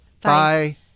bye